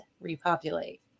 repopulate